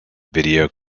video